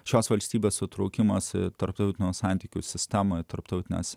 šios valstybės įsitraukimas į tarptautinių santykių sistemą tarptautinės